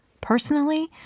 Personally